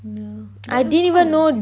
yeah it was quite a